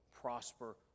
prosper